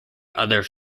others